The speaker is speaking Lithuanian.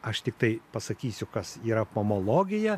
aš tiktai pasakysiu kas yra pomologija